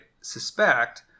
suspect